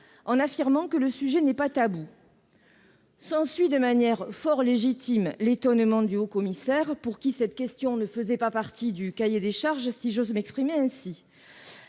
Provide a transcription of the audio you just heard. en affirmant que le sujet n'est pas tabou. S'ensuit, de manière fort légitime, l'étonnement du Haut-Commissaire, pour qui cette question ne faisait pas partie du cahier des charges, si j'ose m'exprimer ainsi.